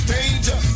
Danger